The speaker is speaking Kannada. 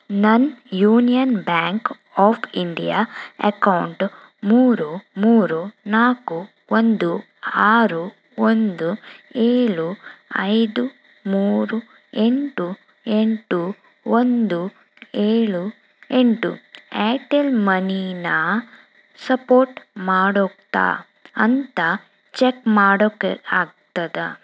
ನನ್ನ union bank of India account ಮೂರು ಮೂರು ನಾಲ್ಕು ಒಂದು ಆರು ಒಂದು ಏಳು ಐದು ಮೂರು ಎಂಟು ಎಂಟು ಒಂದು ಏಳು ಎಂಟು ಏರ್ಟೆಲ್ ಮನೀನ ಸಪೋರ್ಟ್ ಮಾಡುತ್ತ ಅಂತ ಚೆಕ್ ಮಾಡೋಕಕೆ ಆಗ್ತದಾ